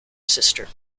sister